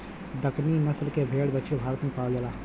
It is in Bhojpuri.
दक्कनी नसल के भेड़ दक्षिण भारत में पावल जाला